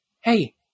hey